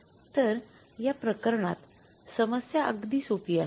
तर् या प्रकरणात समस्या अगदी सोपी आहे